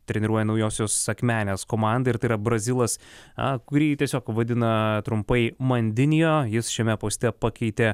treniruoja naujosios akmenės komandą ir tai yra brazilas a kurį tiesiog vadina trumpai mandinijo jis šiame poste pakeitė